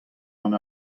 gant